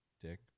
Dick